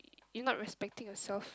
you not respecting yourself